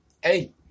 hey